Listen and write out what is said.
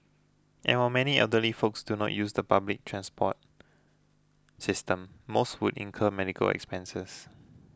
and while many elderly folks do not use the public transport system most would incur medical expenses